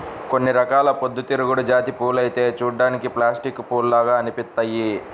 కొన్ని రకాల పొద్దుతిరుగుడు జాతి పూలైతే చూడ్డానికి ప్లాస్టిక్ పూల్లాగా అనిపిత్తయ్యి